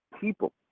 people